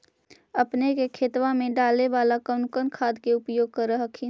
अपने के खेतबा मे डाले बाला कौन कौन खाद के उपयोग कर हखिन?